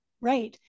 Right